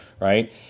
Right